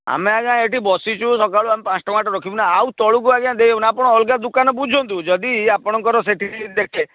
ଆମେ ଆଜ୍ଞା ଏଠି ବସିଛୁ ସକାଳୁ ଆମେ ପାଞ୍ଚ ଟଙ୍କାଟେ ରଖିବୁନୁ ଆଉ ତଳକୁ ଆଜ୍ଞା ଦେଇ ହେବନି ଆପଣ ଅଲଗା ଦୋକାନ ବୁଝନ୍ତୁ ଯଦି ଆପଣଙ୍କର ସେଠି ଦେଖେ